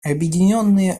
объединенные